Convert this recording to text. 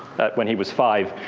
when he was five,